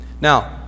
Now